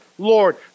Lord